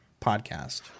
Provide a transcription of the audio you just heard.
podcast